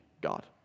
God